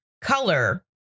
color